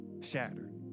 shattered